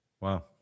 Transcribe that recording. wow